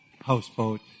houseboat